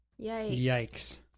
Yikes